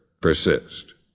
persist